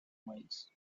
miles